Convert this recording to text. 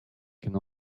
can